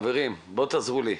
חברים, בואו תעזרו לי.